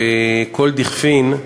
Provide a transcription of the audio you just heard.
וכל דכפין,